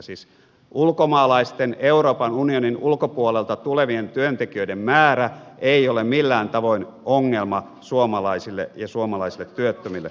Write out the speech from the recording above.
siis ulkomaalaisten euroopan unionin ulkopuolelta tulevien työntekijöiden määrä ei ole millään tavoin ongelma suomalaisille ja suomalaisille työttömille